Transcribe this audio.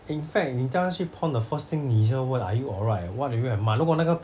in fact 你掉下去 pond the first thing 你需要问 is are you alright why are you at 如果那个